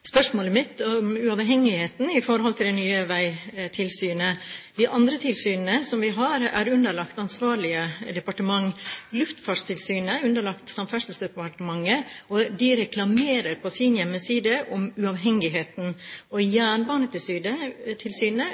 spørsmålet mitt om uavhengigheten knyttet til det nye veitilsynet. De andre tilsynene vi har, er underlagt ansvarlige departement. Luftfartstilsynet er underlagt Samferdselsdepartementet, og de reklamerer på sin hjemmeside for uavhengigheten.